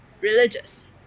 religious